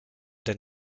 denn